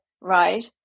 right